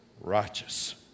righteous